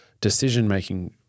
decision-making